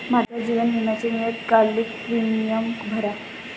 माझ्या जीवन विम्याचे नियतकालिक प्रीमियम भरा